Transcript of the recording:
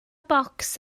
bocs